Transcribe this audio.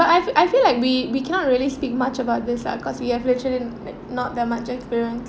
I I feel like we we cannot really speak much about this ah because we have literally not that much experience